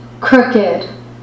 Crooked